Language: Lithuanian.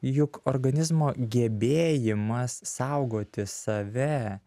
juk organizmo gebėjimas saugoti save